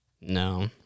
no